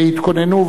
התכוננו,